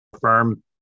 Firm